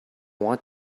want